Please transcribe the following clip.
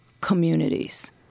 communities